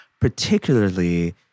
particularly